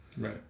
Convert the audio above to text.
Right